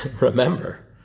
Remember